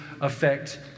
affect